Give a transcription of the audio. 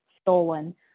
stolen